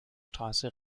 straße